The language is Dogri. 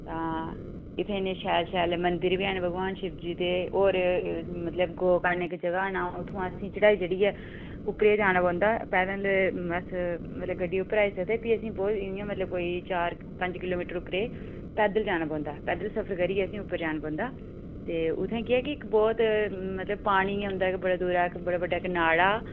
आं इत्थै इन्ने शैल शैल मंदिर बी हैन भगवान शिवजी दे और मतलब गोकर्ण इक्क जगह दा नांऽ उत्थुआं असेंगी चढ़ाई चढ़ियै उप्परे गी जाना पौंदा पैह्लां ते अस मतलब गड्डी उप्पर आई सकदे फ्ही असेंगी कोई मतलब चार पन्ज किलोमीटर उप्पर पैदल जाना पौंदा पैदल सफर करियै फ्ही उप्पर जाना पौंदा ते उत्थें केह् कि इक्क बहुत मतलब पानी औंदा ऐ बड़ा दूरा तक इक बड़ा बड्डा नाड़ा